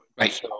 right